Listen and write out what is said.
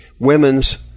women's